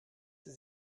sie